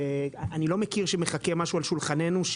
אני לא מכיר שמחכה משהו על שולחננו.